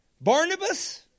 Barnabas